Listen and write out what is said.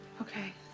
Okay